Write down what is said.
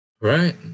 Right